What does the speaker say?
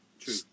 true